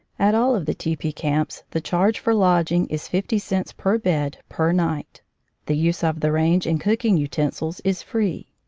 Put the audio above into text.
at all of the tepee camps the charge for lodging is fifty cents per bed per night the use of the range and cooking utensils is free.